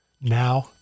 now